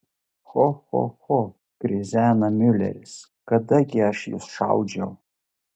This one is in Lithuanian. cho cho cho krizena miuleris kada gi aš jus šaudžiau